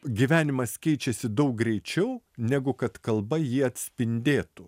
gyvenimas keičiasi daug greičiau negu kad kalba jį atspindėtų